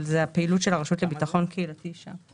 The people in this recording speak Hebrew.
אבל זו הפעילות של הרשות לביטחון קהילתי שם.